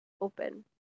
open